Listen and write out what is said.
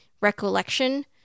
recollection